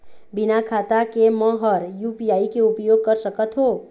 बिना खाता के म हर यू.पी.आई के उपयोग कर सकत हो?